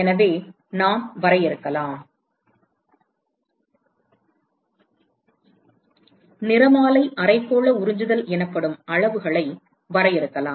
எனவே நாம் வரையறுக்கலாம் நிறமாலை அரைக்கோள உறிஞ்சுதல் எனப்படும் அளவுகளை வரையறுக்கலாம்